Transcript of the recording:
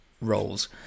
roles